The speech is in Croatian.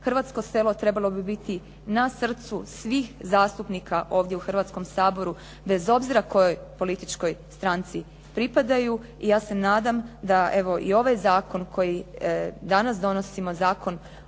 Hrvatsko selo trebalo bi biti na srcu svih zastupnika ovdje u Hrvatskom saboru, bez obzira kojoj političkoj stranci pripadaju. I ja se nadam da evo i ovaj zakon koji danas donosimo, Zakon